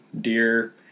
Deer